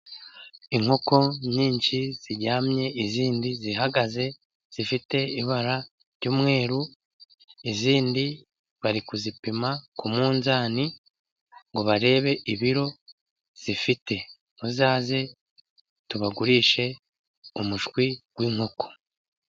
Inkoko nyinshi ziryamye izindi zihagaze. Zifite ibara ry'umweru, izindi bari kuzipima ku munzani ngo barebe ibiro zifite. Muzaze tubagurishe umushwi w'inkoko.